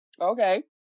Okay